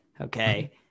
okay